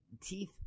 Teeth